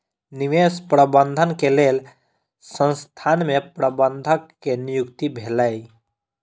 निवेश प्रबंधन के लेल संसथान में प्रबंधक के नियुक्ति भेलै